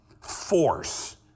force